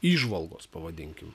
įžvalgos pavadinkim